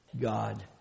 God